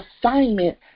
assignment